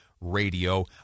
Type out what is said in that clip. Radio